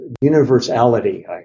universality